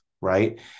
right